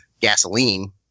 gasoline